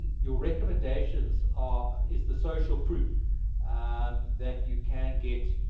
ah your recommendations are is the social proof um that you can get